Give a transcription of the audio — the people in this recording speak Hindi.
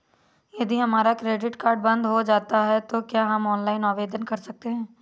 यदि हमारा क्रेडिट कार्ड बंद हो जाता है तो क्या हम ऑनलाइन आवेदन कर सकते हैं?